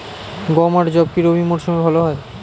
গম আর যব কি রবি মরশুমে ভালো হয়?